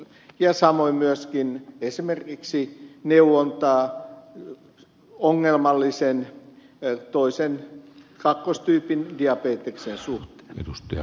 sama koskee myöskin esimerkiksi neuvontaa ongelmallisen kakkostyypin diabeteksen suhteen